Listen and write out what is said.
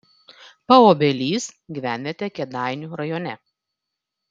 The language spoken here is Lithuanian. paobelys gyvenvietė kėdainių rajone